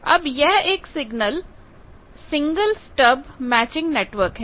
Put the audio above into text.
अब यह एक सिंगल स्टब मैचिंग नेटवर्क है